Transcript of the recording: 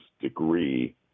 degree